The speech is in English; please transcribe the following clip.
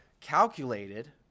calculated